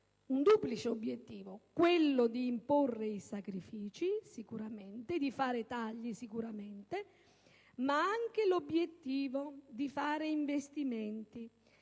un duplice obiettivo: quello d'imporre i sacrifici, sicuramente, e di fare tagli, ma anche l'obiettivo di fare investimenti